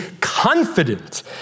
confident